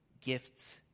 gifts